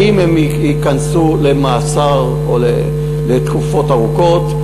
האם הם ייכנסו למאסר או לתקופות ארוכות,